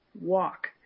walk